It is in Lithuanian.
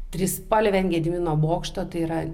trispalvė ant gedimino bokšto tai yra